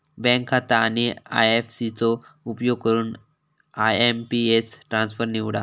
bank खाता आणि IFC चो उपयोग करून आय.एम.पी.एस ट्रान्सफर निवडा